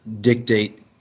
dictate